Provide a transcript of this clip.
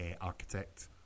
Architect